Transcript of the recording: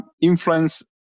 influence